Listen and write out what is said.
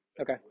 Okay